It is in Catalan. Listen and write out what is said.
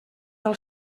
del